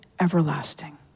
everlasting